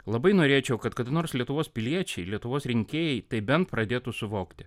labai norėčiau kad kada nors lietuvos piliečiai lietuvos rinkėjai tai bent pradėtų suvokti